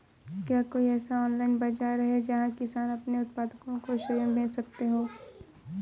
क्या कोई ऐसा ऑनलाइन बाज़ार है जहाँ किसान अपने उत्पादकों को स्वयं बेच सकते हों?